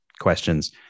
questions